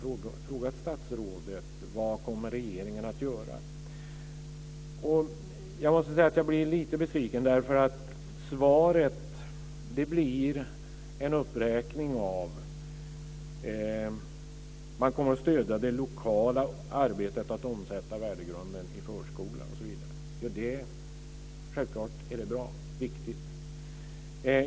Jag har frågat statsrådet vad regeringen kommer att göra och måste säga att jag blir lite besviken eftersom svaret blir en uppräkning: man kommer att stödja det lokala arbetet med att omsätta värdegrunden i förskolan osv. Självklart är det både bra och viktigt.